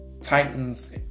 Titans